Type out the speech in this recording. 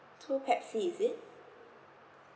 two pepsi is it